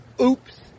oops